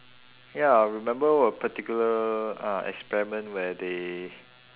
ya I remember a particular uh experiment where they